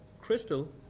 Crystal